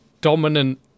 dominant